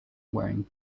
wearing